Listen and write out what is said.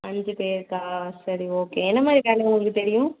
அஞ்சு பேருக்கா சரி ஓகே என்ன மாதிரி வேலை உங்களுக்கு தெரியும்